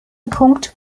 punkt